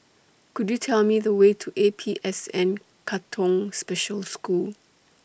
Could YOU Tell Me The Way to A P S N Katong Special School